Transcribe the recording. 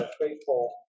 faithful